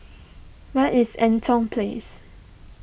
where is Eaton Place